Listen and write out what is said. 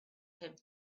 him